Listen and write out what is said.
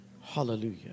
Hallelujah